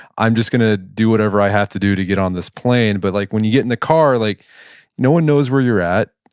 i'm just going to do whatever i have to do to get on this plane. but like when you get in the car, like no one knows where you're at.